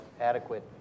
adequate